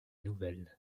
nouvelles